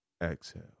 Exhale